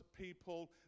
people